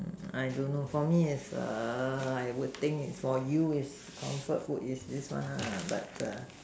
I don't know for me it's err I would think it's for you it's comfort food is this one lah but err